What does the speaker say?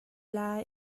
lai